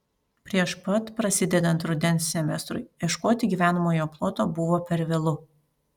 prieš pat prasidedant rudens semestrui ieškoti gyvenamojo ploto buvo per vėlu